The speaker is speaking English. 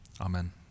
Amen